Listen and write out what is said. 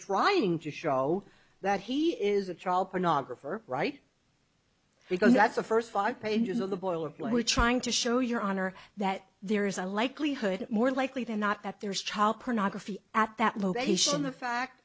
trying to show that he is a child pornographer right because that's the first five pages of the boilerplate we're trying to show your honor that there is a likelihood more likely than not that there is child pornography at that location the fact